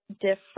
different